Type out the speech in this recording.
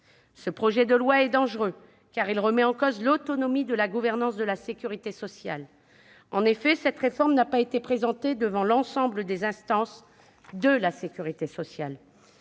Ce projet de loi est dangereux, car il remet en cause l'autonomie de la gouvernance de la sécurité sociale. En effet, cette réforme n'a pas été présentée devant l'ensemble des instances de la sécurité sociale.